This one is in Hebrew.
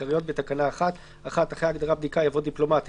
בתוקף סמכותה לפי סעיפים